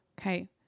Okay